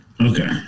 Okay